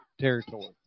territory